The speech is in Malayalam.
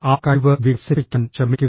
ആ കഴിവ് വികസിപ്പിക്കാൻ ശ്രമിക്കുക